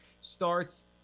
starts